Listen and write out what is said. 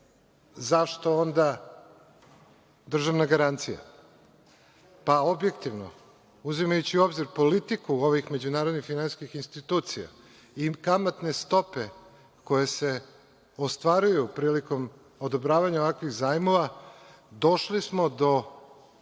zašto onda državna garancija? Pa objektivno, uzimajući u obzir politiku ovih međunarodnih finansijskih institucija i kamatne stope koje se ostvaruju prilikom odobravanja ovakvih zajmova, došli smo do